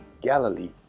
Galilee